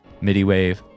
Midiwave